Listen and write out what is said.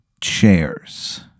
chairs